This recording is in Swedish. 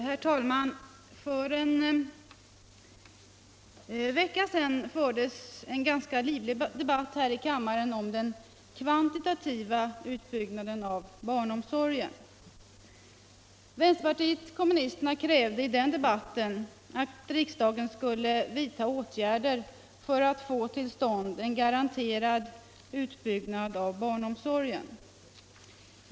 Herr talman! För en vecka sedan fördes en ganska livlig debatt här i kammaren om den kvantitativa utbyggnaden av barnomsorgen. Vänsterpartiet kommunisterna krävde i den debatten att riksdagen skulle vidta åtgärder för att få till stånd en garanterad utbyggnad av barnomsorgen.